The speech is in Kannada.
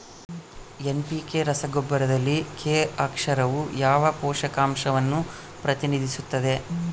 ಎನ್.ಪಿ.ಕೆ ರಸಗೊಬ್ಬರದಲ್ಲಿ ಕೆ ಅಕ್ಷರವು ಯಾವ ಪೋಷಕಾಂಶವನ್ನು ಪ್ರತಿನಿಧಿಸುತ್ತದೆ?